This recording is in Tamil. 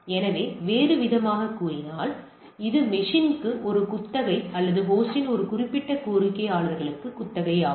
எனவே வேறுவிதமாகக் கூறினால் இது மெஷின்க்கு ஒரு குத்தகை ஹோஸ்டின் குறிப்பிட்ட கோரிக்கையாளருக்கு குத்தகை ஆகும்